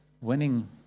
winning